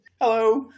Hello